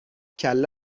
کله